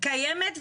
קיימת,